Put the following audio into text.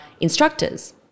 instructors